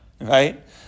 Right